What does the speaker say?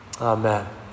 Amen